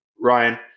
Ryan –